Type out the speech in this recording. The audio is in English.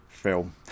film